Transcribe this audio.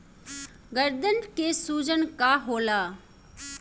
गदन के सूजन का होला?